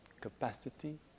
capacity